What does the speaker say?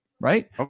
right